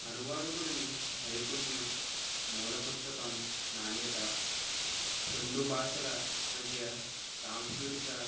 అనువాదకుడిని నైపుణ్యం మూల పుస్తకం నాణ్యత రెండు భాషల మధ్య సాంస్కృతిక